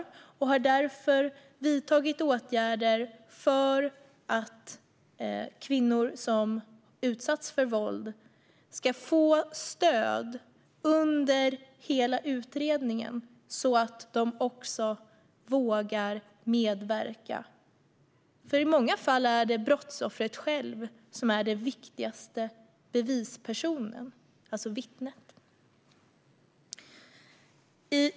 Regeringen har därför vidtagit åtgärder för att kvinnor som utsatts för våld ska få stöd under hela utredningen, så att de vågar medverka. I många fall är nämligen brottsoffret självt den viktigaste bevispersonen, alltså vittnet.